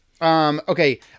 Okay